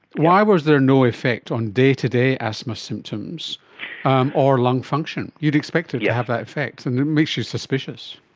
why was there no effect on day-to-day asthma symptoms um or lung function? you'd expect it to have that effect, and it makes you suspicious.